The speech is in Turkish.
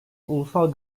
ulusal